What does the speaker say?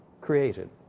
created